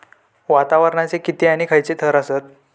वातावरणाचे किती आणि खैयचे थर आसत?